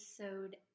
episode